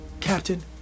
Captain